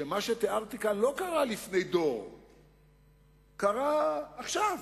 שמה שתיארתי כאן לא קרה לפני דור אלא קרה עכשיו.